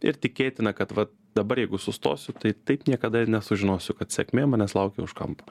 ir tikėtina kad vat dabar jeigu sustosiu tai taip niekada ir nesužinosiu kad sėkmė manęs laukė už kampo